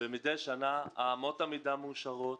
ומידי שנה אמות המידה מאושרות